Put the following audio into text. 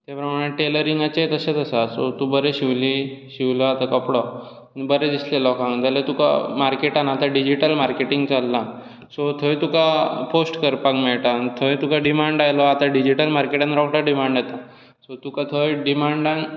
ते प्रमाण टॅलरिंगाचेंय तशेच आसा सो तूं बरें शिवली शिवला आतां कपडो तें बरें दिसलें लोकांक जाल्यार तुका मार्केटांत आतां डिजिटल मार्केटिंग चल्लां सो थंय तुका पोस्ट करपाक मेळटा आनी थंय तुका डिमान्ड आयलो आतां डिजिटल मार्केटांत रोखडो डिमान्ड येता सो तुका थंय डिमांडांत